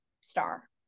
star